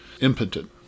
impotent